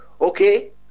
Okay